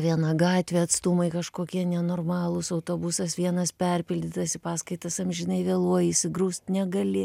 viena gatvė atstumai kažkokie nenormalūs autobusas vienas perpildytas į paskaitas amžinai vėluoji įsigrūst negali